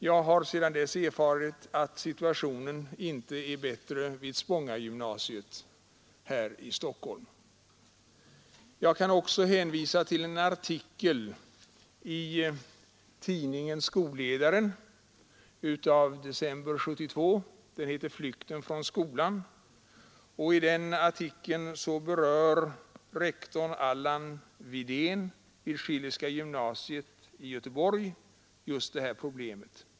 Jag har sedan dess erfarit att situationen inte är bättre vid Spångagymnasiet här i Stockholm. Jag kan också hänvisa till en artikel i tidningen Skolledaren i december 1972. Den har rubriken Flykten från skolan, och i den berör rektor Allan Vidén vid Schillerska gymnasiet i Göteborg just det av oss påtalade problemet.